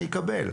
אני אקבל.